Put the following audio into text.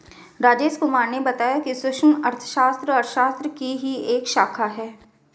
राजेश कुमार ने बताया कि सूक्ष्म अर्थशास्त्र अर्थशास्त्र की ही एक शाखा है